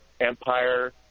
Empire